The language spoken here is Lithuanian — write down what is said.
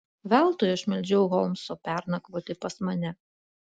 veltui aš meldžiau holmso pernakvoti pas mane